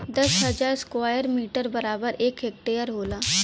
दस हजार square metre बराबर एक हेक्टेयर होला